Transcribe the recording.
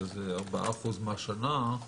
שזה 4% מהשנה,